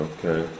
Okay